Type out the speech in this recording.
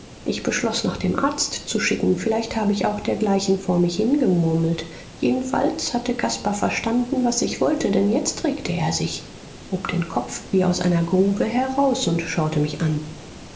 ich beschloß nach dem arzt zu schicken vielleicht habe ich auch dergleichen vor mich hingemurmelt jedenfalls hatte caspar verstanden was ich wollte denn jetzt regte er sich hob den kopf wie aus einer grube heraus und schaute mich an